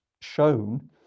shown